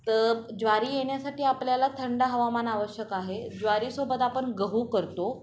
तर ज्वारी येण्यासाठी आपल्याला थंड हवामान आवश्यक आहे ज्वारीसोबत आपण गहू करतो